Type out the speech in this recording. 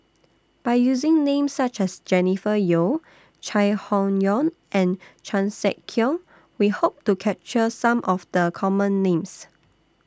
By using Names such as Jennifer Yeo Chai Hon Yoong and Chan Sek Keong We Hope to capture Some of The Common Names